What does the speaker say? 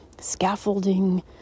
scaffolding